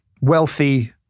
wealthy